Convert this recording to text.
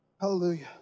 Hallelujah